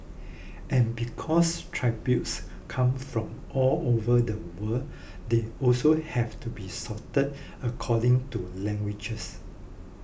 and because tributes come from all over the world they also have to be sorted according to languages